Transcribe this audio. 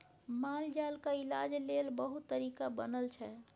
मालजालक इलाज लेल बहुत तरीका बनल छै